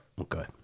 okay